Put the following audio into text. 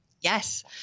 Yes